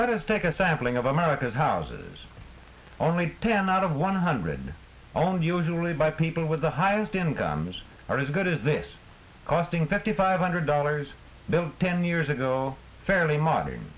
us take a sampling of america's houses only ten out of one hundred owned usually by people with the highest incomes are as good as this costing fifty five hundred dollars then ten years ago fairly modern